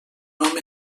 nom